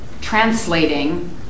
translating